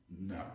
No